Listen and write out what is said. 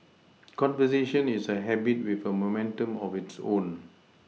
conversation is a habit with momentum of its own